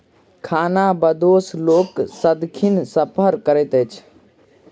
खानाबदोश लोक सदिखन सफर करैत अछि